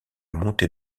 montée